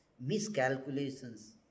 miscalculations